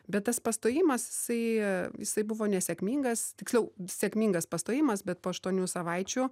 bet tas pastojimas jisai jisai buvo nesėkmingas tiksliau sėkmingas pastojimas bet po aštuonių savaičių